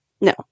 No